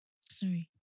sorry